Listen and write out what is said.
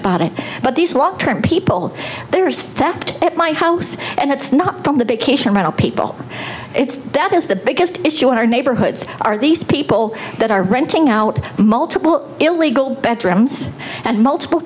about it but these long term people there is theft at my house and it's not from the big people it's that is the biggest issue in our neighborhoods are these people that are renting out multiple illegal bedrooms and multiple